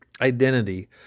identity